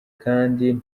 kandi